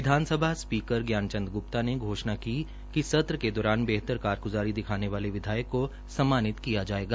विधानसभा speaker Gyan Chand Gupta ने घोषणा की कि सत्र के दौरान बेहतर कारगुज़ारी दिखाने वाले विधायक को सम्मानित किया जायेगा